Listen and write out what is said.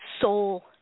soul